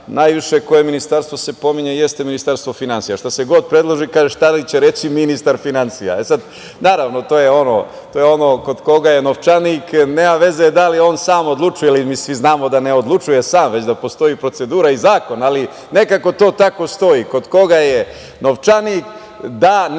najviše koje ministarstvo se pominje jeste Ministarstvo finansija. Šta se god predloži, kaže, šta li će reći ministar finansija. Naravno, to je ono – kod koga je novčanik, nema veze da li on sam odlučuje, mi svi znamo da ne odlučuje sam, već da postoji procedura i zakon, ali nekako to tako stoji, kod koga je novčanik dâ, ne dâ,